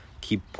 keep